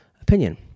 opinion